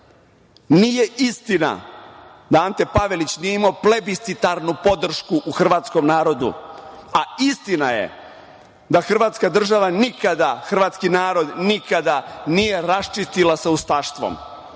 Nije istina da Ante Pavelić nije imao plebiscitarnu podršku u hrvatskom narodu, a istina je da Hrvatska država nikada, hrvatski narod nikada, nije raščistila sa ustaštvom,